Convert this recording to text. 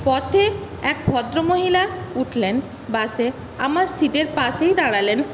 পথে এক ভদ্রমহিলা উঠলেন বাসে আমার সিটের পাশেই দাঁড়ালেন